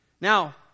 Now